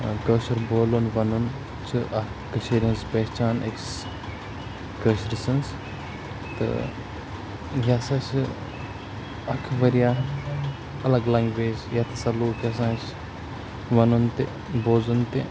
کٲشُر بولُن وَنُن چھِ اَکھ کٔشیٖرِ ہِنٛز پہچان أکِس کأشرِ سٕنٛز تہٕ یہِ ہَسا چھِ اَکھ واریاہ الگ لنٛگویج یَتھ ہَسا لوٗک یَژھان چھِ وَنُن تہِ بوزُن تہِ